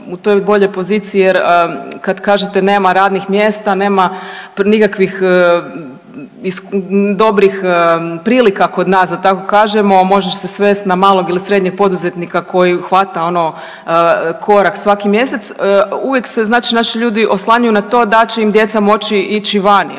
u toj boljoj poziciji jer kad kažete nema radnih mjesta, nema nikakvih dobrih prilika kod nas da tako kažemo možeš se svest na malog ili srednjeg poduzetnika koji hvata ono korak svaki mjesec. Uvijek se znači naši ljudi oslanjaju na to da će im djeca moći ići vani,